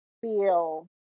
feel